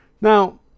Now